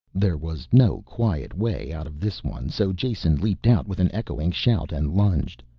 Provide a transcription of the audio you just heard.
there was no quiet way out of this one so jason leaped out with an echoing shout and lunged.